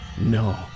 no